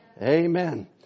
Amen